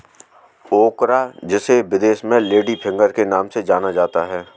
ओकरा जिसे विदेश में लेडी फिंगर के नाम से जाना जाता है